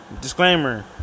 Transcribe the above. disclaimer